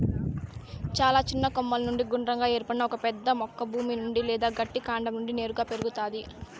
చాలా చిన్న కొమ్మల నుండి గుండ్రంగా ఏర్పడిన ఒక పెద్ద మొక్క భూమి నుండి లేదా గట్టి కాండం నుండి నేరుగా పెరుగుతాది